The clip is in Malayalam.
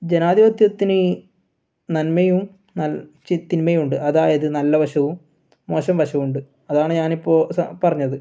ജനാധിപത്യത്തിന് നന്മയും ന തിന്മയും ഉണ്ട് അതായത് നല്ല വശവും മോശം വശവും ഉണ്ട് അതാണ് ഞാനിപ്പോൾ പറഞ്ഞത്